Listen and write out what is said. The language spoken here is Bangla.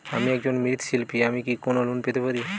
আমি একজন মৃৎ শিল্পী আমি কি কোন লোন পেতে পারি?